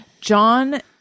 John